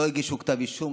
לא הגישו כתב אישום,